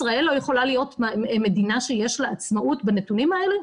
ישראל לא יכולה להיות מדינה שיש לה עצמאות בנתונים האלה?